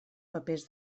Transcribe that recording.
papers